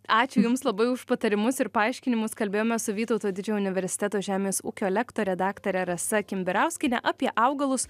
ačiū jums labai už patarimus ir paaiškinimus kalbėjome su vytauto didžiojo universiteto žemės ūkio lektore daktare rasa kimbirauskiene apie augalus